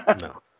No